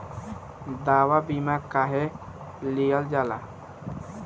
दवा बीमा काहे लियल जाला?